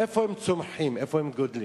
איפה הם צומחים, איפה הם גדלים?